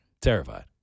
Terrified